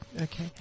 Okay